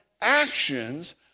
actions